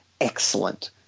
Excellent